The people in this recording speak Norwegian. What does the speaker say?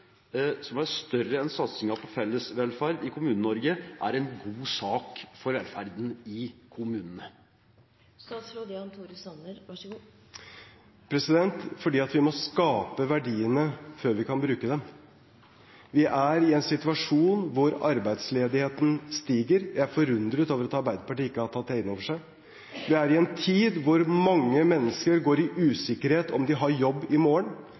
som er større enn satsingen på felles velferd i Kommune-Norge, er en god sak for velferden i kommunene? Fordi vi må skape verdiene før vi kan bruke dem. Vi er i en situasjon hvor arbeidsledigheten stiger. Jeg er forundret over at Arbeiderpartiet ikke har tatt det inn over seg. Vi er i en tid hvor mange mennesker går i usikkerhet om de har jobb i morgen.